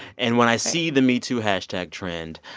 and when i see the metoo hashtag trend,